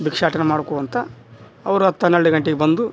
ಭಿಕ್ಷಾಟನೆ ಮಾಡ್ಕೊಳ್ತಾ ಅವ್ರು ಹತ್ತು ಹನ್ನೆರಡು ಗಂಟಿಗೆ ಬಂದು